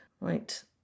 right